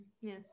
Yes